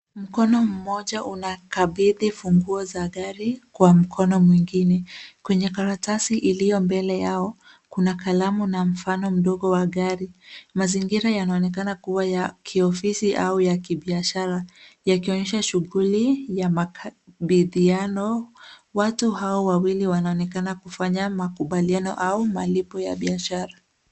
Mkono mmoja unakabidhi funguo za gari kwa mkono mwingine. Kwenye karatasi iliyo mbele yao kuna kalamau na mfano mdogo wa gari. Mazingira yanaonekana kuwa ya kiofisi au ya kibiashara yakionyesha shughuli ya makabidhiano. Watu hao wawili wanaonekana kufanya makubaliano au malipo ya biashara.